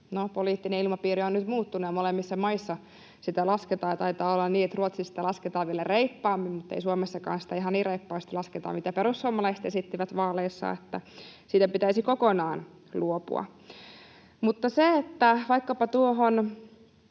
poliittinen ilmapiiri on nyt muuttunut, ja molemmissa maissa sitä lasketaan, ja taitaa olla niin, että Ruotsissa sitä lasketaan vielä reippaammin, mutta ei Suomessakaan sitä ihan niin reippaasti lasketa kuin mitä perussuomalaiset esittivät vaaleissa, että siitä pitäisi kokonaan luopua. Mutta mitä